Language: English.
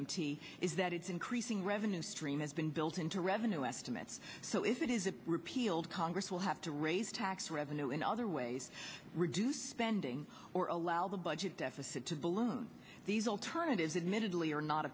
t is that it's increasing revenue stream has been built into revenue estimates so if it is it repealed congress will have to raise tax revenue in other ways reduce spending or allow the budget deficit to balloon these alternatives admittedly are not